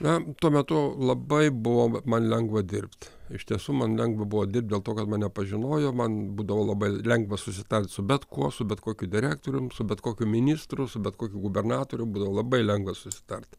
na tuo metu labai buvo man lengva dirbt iš tiesų man lengva buvo dirbt dėl to kad mane pažinojo man būdavo labai lengva susitart su bet kuo su bet kokiu direktorium su bet kokiu ministru su bet kokiu gubernatoriu buvo labai lengva susitart